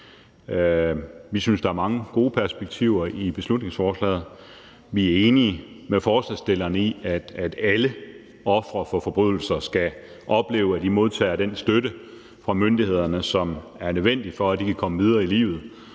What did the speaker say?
Vi synes, at der er mange gode perspektiver i beslutningsforslaget. Vi er enige med forslagsstillerne i, at alle ofre for forbrydelser skal opleve, at de modtager den støtte fra myndighederne, som er nødvendig, for at de kan komme videre i livet,